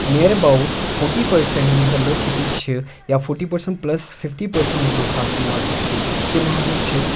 near about forty percent یِم ہَسا لُکھ ییٚتِکۍ چھِ یا forty percent plus fifty percent لُکھ ہَسا یِم ہَسا چھِ تِم ہَسا چھِ